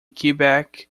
quebec